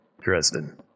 dresden